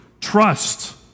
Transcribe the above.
trust